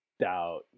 doubt